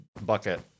bucket